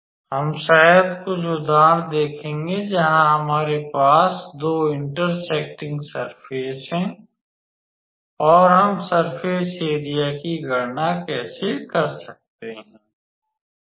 हम शायद कुछ उदाहरण देखेंगे जहां हमारे पास दो इंटरसेक्टिंग सर्फ़ेस हैं और हम सर्फ़ेस एरिया की गणना कैसे कर सकते हैं